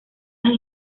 las